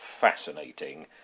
fascinating